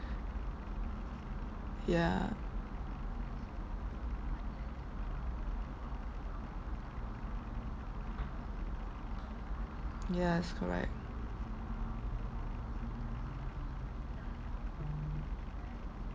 yeah yes correct